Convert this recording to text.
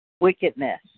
wickedness